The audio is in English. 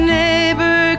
neighbor